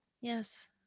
Yes